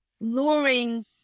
luring